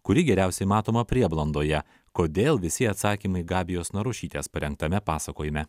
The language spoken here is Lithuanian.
kuri geriausiai matoma prieblandoje kodėl visi atsakymai gabijos narušytės parengtame pasakojime